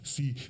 See